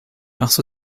also